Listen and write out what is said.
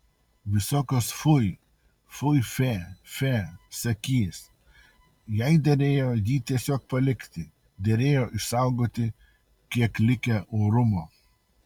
visokios fui fui fe fe sakys jai derėjo jį tiesiog palikti derėjo išsaugoti kiek likę orumo